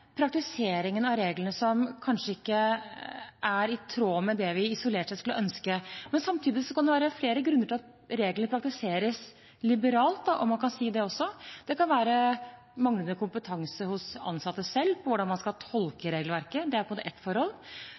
praktiseringen av reglene som kanskje ikke er i tråd med det vi isolert sett skulle ønske. Men samtidig kan det være flere grunner til at regler praktiseres liberalt, om man kan si det også, det kan være manglende kompetanse hos ansatte selv på hvordan man skal tolke regelverket. Det er ett forhold.